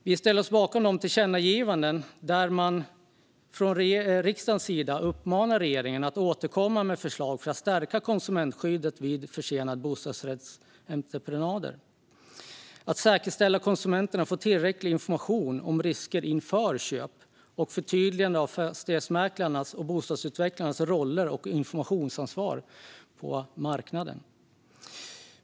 Vi ställer oss bakom de föreslagna tillkännagivandena, där riksdagen uppmanar regeringen att återkomma med förslag för att stärka konsumentskyddet vid försenade bostadsrättsentreprenader, säkerställa att konsumenterna får tillräcklig information om risker inför köp och förtydliga fastighetsmäklarnas och bostadsutvecklarnas roller och informationsansvar på marknaden.